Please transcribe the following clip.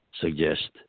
suggest